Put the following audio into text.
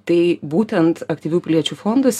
tai būtent aktyvių piliečių fondas